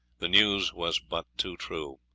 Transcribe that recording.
the news was but too true.